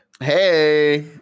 hey